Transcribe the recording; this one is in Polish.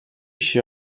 się